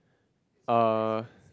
uh